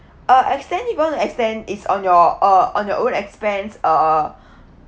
uh extend even to extend is on your uh on your own expense uh